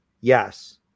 Yes